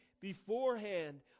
beforehand